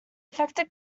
affected